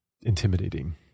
intimidating